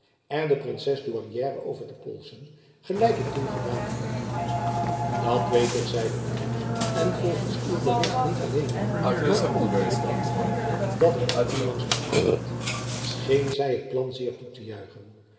de princes douairière over te polsen gelijk ik toen gedaan heb dat weet ik zeide de witt en volgends uw bericht niet alleen maar ook in een onderhoud dat ik nog onlangs met haar had scheen zy het plan zeer toe te juichen